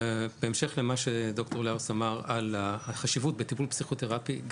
בהמשך למה שד"ר לאוס אמר על החשיבות בטיפול פסיכותרפי,